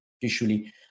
Usually